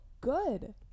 good